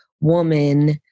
woman